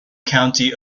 county